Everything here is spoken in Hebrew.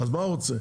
אז מה הוא רוצה,